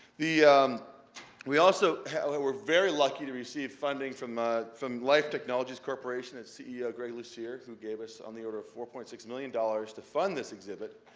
the we also we're very lucky to receive funding from ah from life technologies corporation and its ceo, greg lucier, who gave us on the order of four point six million dollars to fund this exhibit.